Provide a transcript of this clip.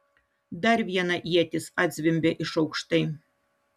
dar viena ietis atzvimbė iš aukštai